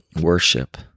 worship